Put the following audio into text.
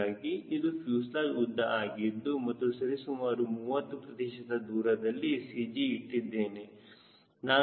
ಹೀಗಾಗಿ ಇದು ಫ್ಯೂಸೆಲಾಜ್ ಉದ್ದ ಆಗಿದ್ದು ಮತ್ತು ಸರಿಸುಮಾರು 30 ಪ್ರತಿಶತ ದೂರದಲ್ಲಿ CG ಇಟ್ಟಿದ್ದೇನೆ